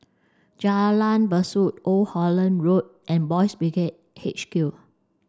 Jalan Besut Old Holland Road and Boys Brigade H Q